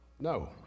No